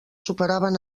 superaven